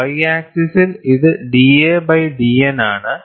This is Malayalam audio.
Y ആക്സിസിൽ ഇത് da ബൈ dN ആണ്